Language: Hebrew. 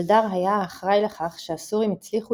אלדר היה האחראי לכך שהסורים הצליחו